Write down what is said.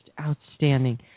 outstanding